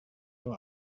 from